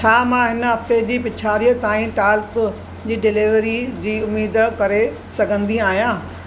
छा मां हिन हफ़्ते जी पिछाड़ीअ ताईं टाल्क जी डिलिवरी जी उमेदु करे सघंदी आहियां